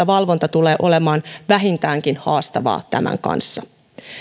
valvonta tulee olemaan vähintäänkin haastavaa tämän kanssa